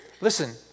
Listen